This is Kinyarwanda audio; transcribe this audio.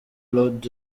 lord